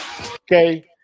Okay